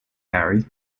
harry